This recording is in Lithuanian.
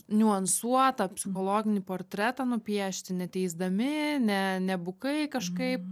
niuansuotą psichologinį portretą nupiešti neteisdami ne nebukai kažkaip